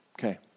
Okay